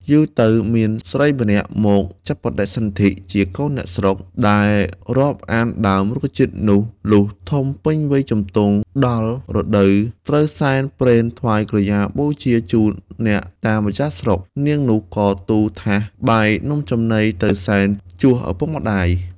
យូរទៅមានស្រីម្នាក់មកចាប់បដិសន្ធិជាកូនអ្នកស្រុក ដែលរាប់អានដើម រុក្ខជាតិនោះ លុះធំពេញវ័យជំទង់ដល់រដូវត្រូវសែនព្រេនថ្វាយក្រយ៉ាបូជាជូនអ្នកតាម្ចាស់ស្រុក នាងនោះក៏ទូលថាស បាយនំចំណីទៅសែនជួសឪពុកម្ដាយ ។